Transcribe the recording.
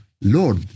Lord